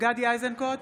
גדי איזנקוט,